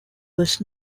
was